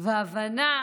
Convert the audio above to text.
ולהבנה